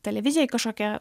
televizijai kažkokia